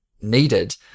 needed